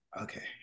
Okay